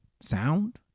sound